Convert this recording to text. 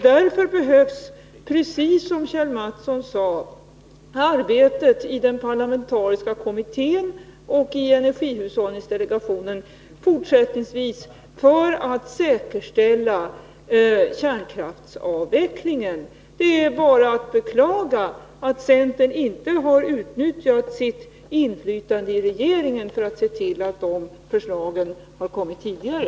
Därför behövs, precis som Kjell Mattsson sade, arbetet i den parlamentariska kommittén och i energihushållningsdelegationen fortsättningsvis för att säkerställa kärnkraftsavvecklingen. Det är bara att beklaga att centern inte har utnyttjat sitt inflytande i regeringen för att se till att de förslagen har kommit tidigare.